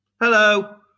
Hello